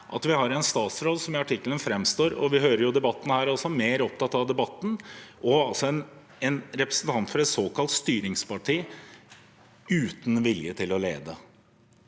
at vi har en statsråd som i artikkelen framstår, og vi hører det i debatten her også, som mer opptatt av debatten – altså en representant for et såkalt styringsparti uten vilje til å lede.